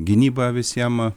gynyba visiem